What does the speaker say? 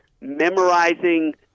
memorizing